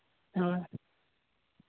ᱦᱳᱭ